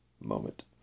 moment